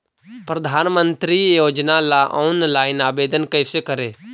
प्रधानमंत्री योजना ला ऑनलाइन आवेदन कैसे करे?